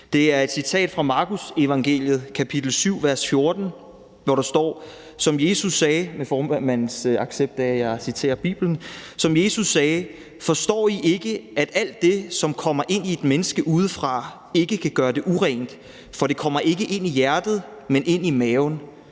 Det er et citat fra Markusevangeliet, kapitel 7, vers 18 – hvis jeg har formandens accept af, at jeg citerer Bibelen – hvor Jesus siger: »Fatter I ikke, at alt det, som kommer ind i et menneske udefra, ikke kan gøre det urent? For det kommer ikke ind i hjertet, men ned i maven,